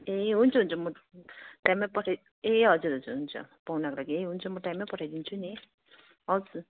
ए हुन्छ हुन्छ म टाइममै पठाई ए हजुर हजुर हुन्छ पाहुनाको लागि है म टाइममै पठाइदिन्छु नि हस्